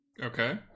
Okay